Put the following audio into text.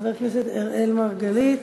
חבר הכנסת אראל מרגלית,